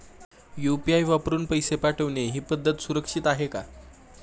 UPI वापरून पैसे पाठवणे ही पद्धत सुरक्षित आहे का?